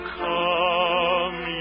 come